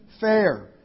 fair